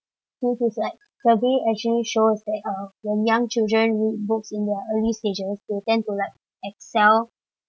which is like survey actually shows that um when young children read books in their early stages they tend to like excel